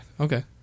Okay